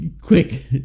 Quick